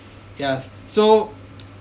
ya so